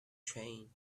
train